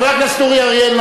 חבר הכנסת אורי אריאל,